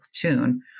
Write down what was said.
platoon